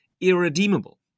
irredeemable